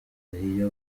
iyo